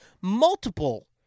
Multiple